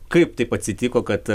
kaip taip atsitiko kad